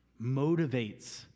motivates